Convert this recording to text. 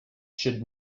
should